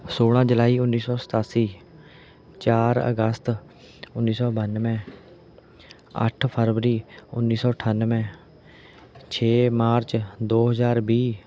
ਸੌਲ੍ਹਾਂ ਜੁਲਾਈ ਉੱਨੀ ਸੌ ਸਤਾਸੀ ਚਾਰ ਅਗਸਤ ਉੱਨੀ ਸੌ ਬਾਨਵੇਂ ਅੱਠ ਫਰਵਰੀ ਉੱਨੀ ਸੌ ਅਠਾਨਵੇਂ ਛੇ ਮਾਰਚ ਦੋ ਹਜ਼ਾਰ ਵੀਹ